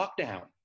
lockdown